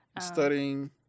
Studying